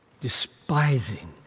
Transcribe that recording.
despising